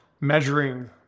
measuring